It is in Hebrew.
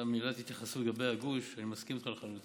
סתם מילת התייחסות בדבר הגוש: אני מסכים איתך לחלוטין.